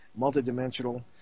multidimensional